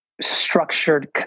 structured